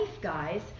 guys